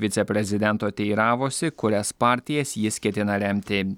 viceprezidento teiravosi kurias partijas jis ketina remti